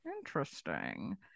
Interesting